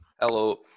Hello